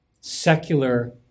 secular